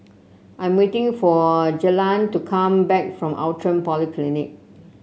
I'm waiting for Jalen to come back from Outram Polyclinic